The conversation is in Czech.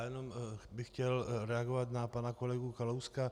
Jenom bych chtěl reagovat na pana kolegu Kalouska.